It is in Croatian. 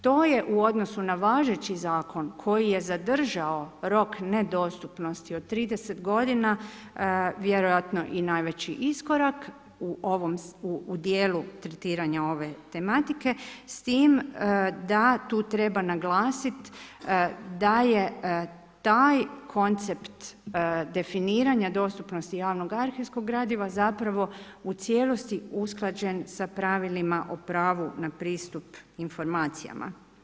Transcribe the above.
To je u odnosu na važeći Zakon koji je zadržao rok nedostupnosti od 30 godina vjerojatno i najveći iskorak u dijelu tretiranja ove tematike, s tim da tu treba naglasiti da je taj koncept definiranja dostupnosti javnog arhivskog gradiva zapravo u cijelosti usklađen sa pravilima o pravu na pristup informacija.